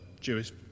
Jewish